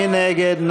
מי נגד?